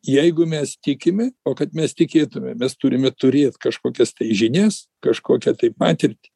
jeigu mes tikime o kad mes tikėtume mes turime turėt kažkokias žinias kažkokią tai patirtį